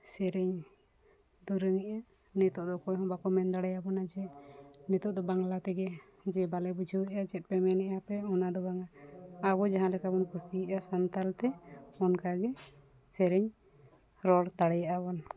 ᱥᱮᱨᱮᱧ ᱫᱩᱨᱟᱹᱝ ᱮᱫᱟ ᱱᱤᱛᱳᱜ ᱫᱚ ᱚᱠᱚᱭ ᱦᱚᱸ ᱵᱟᱠᱚ ᱢᱮᱱ ᱫᱟᱲᱮᱭᱟᱵᱚᱱᱟ ᱡᱮ ᱱᱤᱛᱳᱜ ᱫᱚ ᱵᱟᱝᱞᱟ ᱛᱮᱜᱮ ᱡᱮ ᱵᱟᱝᱞᱮ ᱵᱩᱡᱷᱟᱹᱣ ᱮᱫᱟ ᱪᱮᱫ ᱯᱮ ᱢᱮᱱ ᱮᱫᱟᱯᱮ ᱚᱱᱟᱫᱚ ᱵᱟᱝᱼᱟ ᱟᱵᱚ ᱡᱟᱦᱟᱸᱞᱮᱠᱟ ᱵᱚᱱ ᱠᱩᱥᱤᱭᱟᱜᱼᱟ ᱥᱟᱱᱛᱟᱲᱛᱮ ᱚᱱᱠᱟᱜᱮ ᱥᱮᱨᱮᱧ ᱨᱚᱲ ᱫᱟᱲᱮᱭᱟᱜᱼᱟᱵᱚᱱ